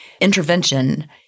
intervention